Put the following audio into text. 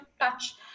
touch